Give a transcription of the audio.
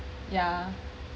yeah